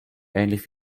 ähnlich